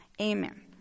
Amen